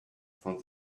found